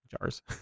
Jars